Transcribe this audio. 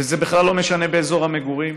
וזה בכלל לא משנה אזור המגורים,